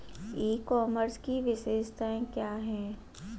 ई commerce की विशेषताएं क्या हैं?